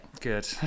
Good